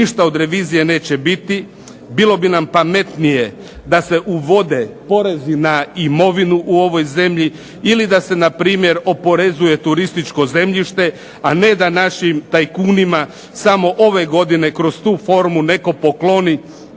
ništa od revizije neće biti, bilo bi nam pametnije da se uvode porezi na imovinu u ovoj zemlji ili da se npr. oporezuje turističko zemljište, a ne da našim tajkunima samo ove godine kroz tu formu netko pokloni